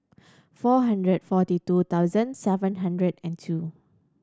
four hundred forty two thousand seven hundred and two